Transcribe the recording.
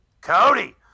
Cody